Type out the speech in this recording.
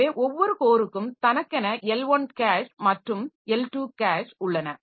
எனவே ஒவ்வொரு கோருக்கும் தனக்கென L1 கேஷ் மற்றும் L2 கேஷ் உள்ளன